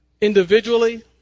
individually